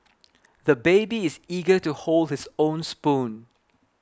the baby is eager to hold his own spoon